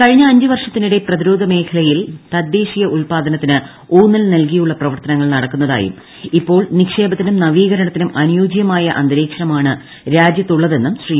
കഴിഞ്ഞ അഞ്ചു വർഷത്തിനിടെ പ്രതിരോധ മേഖലയിൽ തദ്ദേശീയ ഉത്പാദനത്തിന് ഊന്നൽ നൽകിയുള്ള പ്രവർത്തനങ്ങൾ നടക്കുന്നതായും ഇപ്പോൾ നിക്ഷേപത്തിനും നവീകരണത്തിനും അനുയോജ്യമായ അന്തരീക്ഷമാണ് രാജ്യത്തുള്ളതെന്നും ശ്രീ